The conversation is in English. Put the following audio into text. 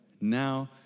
Now